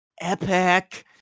epic